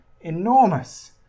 enormous